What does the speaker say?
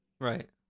right